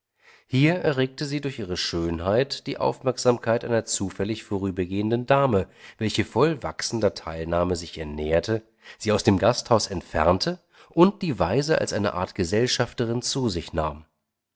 hier erregte sie durch ihre schönheit die aufmerksamkeit einer zufällig vorübergehenden dame welche voll wachsender teilnahme sich ihr näherte sie aus dem gasthaus entfernte und die waise als eine art gesellschafterin zu sich nahm